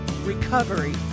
recovery